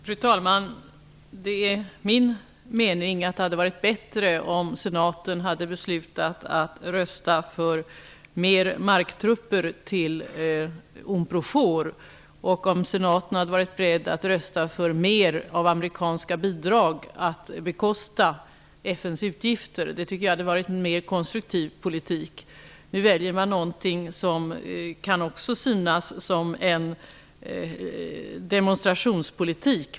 Fru talman! Det är min mening att det hade varit bättre om senaten hade beslutat att rösta för fler marktrupper till Unprofor och om senaten hade varit beredd att rösta för mer av amerikanska bidrag för att bekosta FN:s utgifter. Det hade varit en mer konstruktiv politik. Nu väljer man någonting som också kan synas som en demonstrationspolitik.